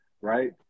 right